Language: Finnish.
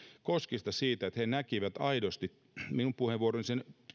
koskista myöskin siitä että he näkivät aidosti minun puheenvuoroni